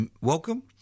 welcome